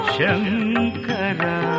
Shankara